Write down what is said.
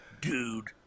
dude